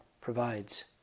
provides